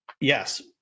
yes